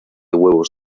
huevos